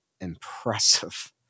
impressive